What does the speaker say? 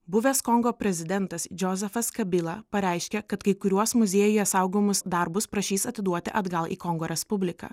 buvęs kongo prezidentas džozefas kabila pareiškė kad kai kuriuos muziejuje saugomus darbus prašys atiduoti atgal į kongo respubliką